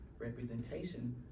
representation